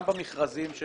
גם במכרזים של